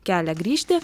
kelią grįžti